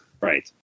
right